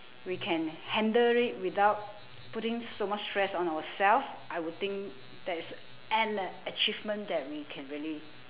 we can handle it without putting so much stress on ourselves I would think that's an achievement that we can really